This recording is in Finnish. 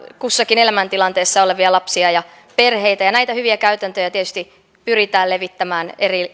kussakin elämäntilanteessa olevia lapsia ja perheitä ja näitä hyviä käytäntöjä tietysti pyritään levittämään